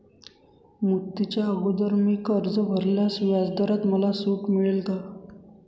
मुदतीच्या अगोदर मी कर्ज भरल्यास व्याजदरात मला सूट मिळेल का?